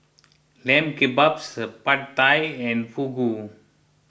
Lamb Kebabs Pad Thai and Fugu